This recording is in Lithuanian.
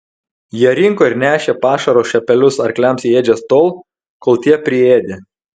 jie rinko ir nešė pašaro šapelius arkliams į ėdžias tol kol tie priėdė